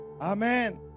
Amen